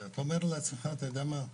אתה אומר לעצמך, אתה יודע מה,